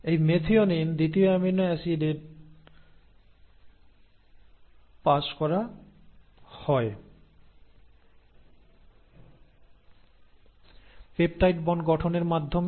এই মেথিওনিন দ্বিতীয় অ্যামিনো অ্যাসিডে পাস করা হয় পেপটাইড বন্ড গঠনের মাধ্যমে